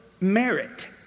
merit